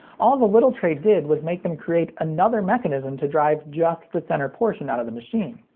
all the little tray did was make them create another mechanism to drive just the center portion out of the machine.